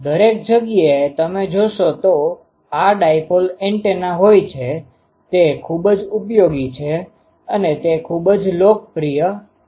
દરેક જગ્યાએ તમે જોશો તો આ ડાયપોલ એન્ટેના હોય છે તે ખૂબ જ ઉપયોગી છે અને તે ખૂબ જ લોકપ્રિય છે